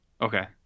Okay